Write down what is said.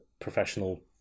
professional